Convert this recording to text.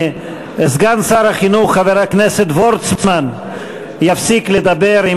סגן שר החינוך חבר הכנסת וורצמן יפסיק לדבר עם